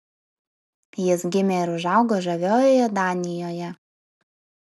jis gimė ir užaugo žaviojoje danijoje